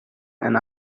and